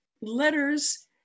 letters